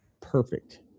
perfect